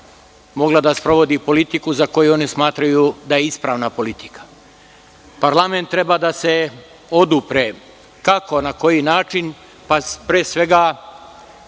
mogla da sprovodi politiku za koju oni smatraju da je ispravna politika. Parlament treba da se odupre. Kako, na koji način? Pa, pre svega,